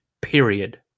period